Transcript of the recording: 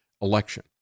election